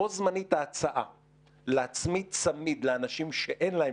בו זמנית ההצעה להצמיד צמיד לאנשים שאין להם